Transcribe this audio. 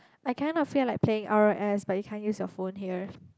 I kind of feel like playing r_o_s but you can't use your phone here